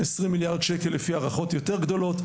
20 מיליארד שקל לפי הערכות יותר גדולות.